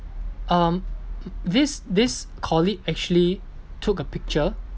um this this colleague actually took a picture